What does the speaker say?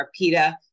Arpita